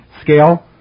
scale